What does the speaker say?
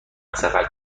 سفر